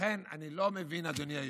לכן אני לא מבין, אדוני היושב-ראש,